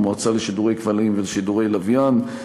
המועצה לשידורי כבלים ולשידורי לוויין,